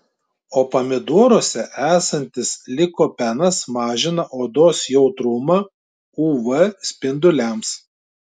o pomidoruose esantis likopenas mažina odos jautrumą uv spinduliams